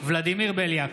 ולדימיר בליאק,